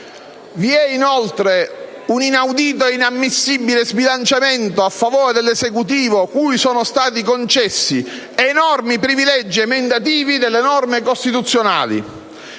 Vi è inoltre un inaudito ed inammissibile sbilanciamento a favore dell'Esecutivo, cui sono stati concessi enormi privilegi emendativi delle norme costituzionali.